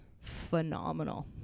phenomenal